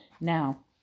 Now